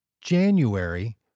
January